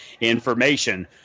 information